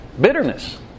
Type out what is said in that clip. bitterness